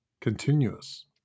continuous